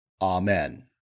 Amen